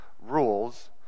rules